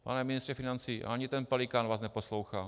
Pane ministře financí, ani ten Pelikán vás neposlouchá!